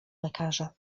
lekarza